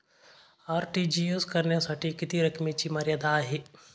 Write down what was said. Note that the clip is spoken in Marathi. आर.टी.जी.एस करण्यासाठी किती रकमेची मर्यादा आहे?